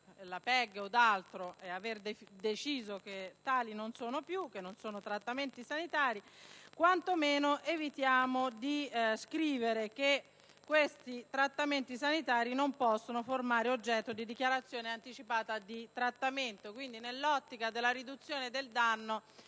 la PEG o altri non sono più tali, non essendo trattamenti sanitari, quantomeno evitiamo di scrivere che questi trattamenti sanitari non possono formare oggetto di dichiarazione anticipata di trattamento. Nell'ottica della riduzione del danno